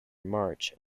march